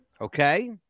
Okay